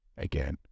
Again